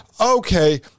okay